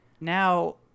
now